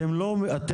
אתם לא רואים